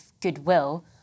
goodwill